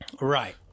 Right